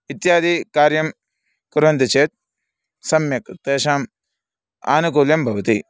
इत्यादिकार्यं कुर्वन्ति चेत् सम्यक् तेषाम् आनुकूल्यं भवति